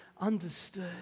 understood